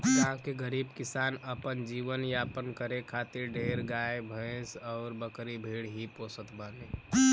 गांव के गरीब किसान अपन जीवन यापन करे खातिर ढेर गाई भैस अउरी बकरी भेड़ ही पोसत बाने